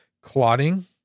clotting